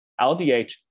LDH